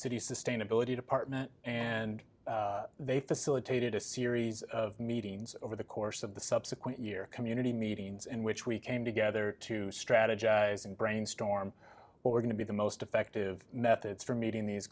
city sustainability department and they facilitated a series of meetings over the course of the subsequent year community meetings in which we came together to strategize and brainstorm what we're going to be the most effective methods for meeting these